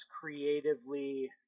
creatively